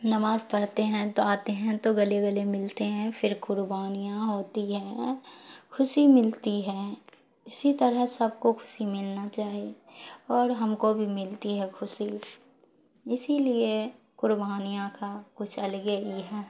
نماز پڑھتے ہیں تو آتے ہیں تو گلے گلے ملتے ہیں پھر قربانیاں ہوتی ہیں خوشی ملتی ہیں اسی طرح سب کو خوشی ملنا چاہیے اور ہم کو بھی ملتی ہے خوشی اسی لیے قربانیاں کا کچھ الگ ہی ہیں